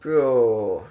bro